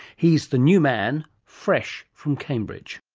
he's the new man, fresh from cambridge.